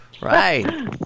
Right